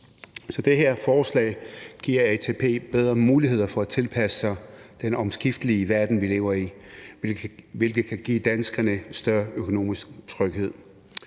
Så det her forslag giver ATP bedre muligheder for at tilpasse sig den omskiftelige verden, vi lever i, hvilket kan give danskerne større økonomisk tryghed.